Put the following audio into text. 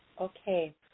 Okay